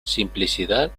simplicidad